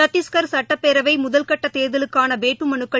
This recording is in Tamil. சத்திஷ்கர் சுட்டப்பேரவைமுதல்கட்டதோ்தலுக்கானவேட்புமனுக்கள்